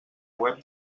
web